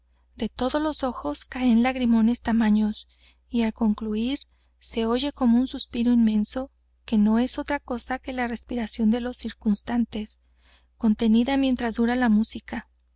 de todos los ojos caen lagrimones tamaños y al concluir se oye como un suspiro inmenso que no es otra cosa que la respiración de los circunstantes contenida mientras dura lá música